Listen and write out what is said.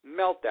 meltdown